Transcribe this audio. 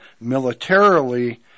militarily